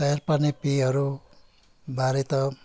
तयार पार्ने पेयहरूबारे त